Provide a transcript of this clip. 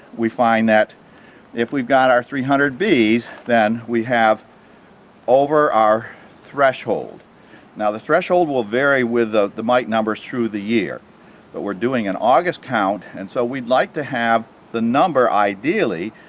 we find that if we've got our three hundred bees, then we have over our shreshold now the threshold will vary with ah the mite numbers through the year but we're doing an august count and so we like to have the number, ideally,